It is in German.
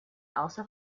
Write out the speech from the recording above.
außer